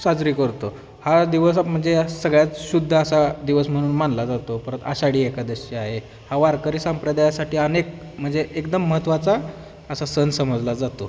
साजरी करतो हा दिवस म्हणजे सगळ्यात शुद्ध असा दिवस म्हणून मानला जातो परत आषाढी एकादशी आहे हा वारकरी संप्रदायासाठी अनेक म्हणजे एकदम महत्त्वाचा असा सण समजला जातो